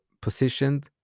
positioned